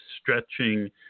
stretching